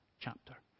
chapter